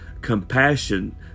compassion